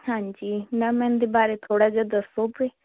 ਹਾਂਜੀ ਨਮੈਨ ਦੇ ਬਾਰੇ ਥੋੜਾ ਜਿਹਾ ਦੱਸੋਗੇ